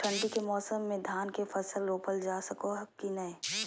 ठंडी के मौसम में धान के फसल रोपल जा सको है कि नय?